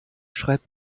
schreibt